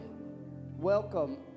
welcome